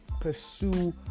pursue